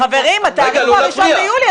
חברים, התאריך הוא ה-1 ביולי.